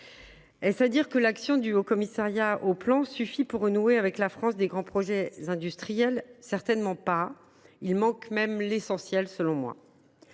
Est ce à dire que l’action du Haut Commissariat au plan et à la prospective suffit pour renouer avec la France des grands projets industriels ? Certainement pas ! Il manque même l’essentiel, selon moi.